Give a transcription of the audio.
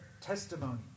testimony